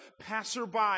passerby